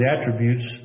attributes